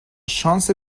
شانس